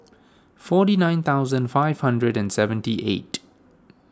forty nine thousand five hundred and seventy eight